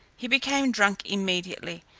he became drunk immediately,